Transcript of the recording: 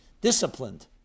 disciplined